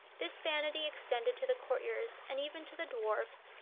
this vanity extended to the courtiers and even to the dwarfs,